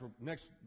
next